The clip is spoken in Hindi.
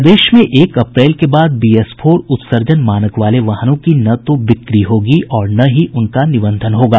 प्रदेश में एक अप्रैल के बाद बीएस फोर उत्सर्जन मानक वाले वाहनों की न तो बिक्री होगी न ही उनका निबंधन होगा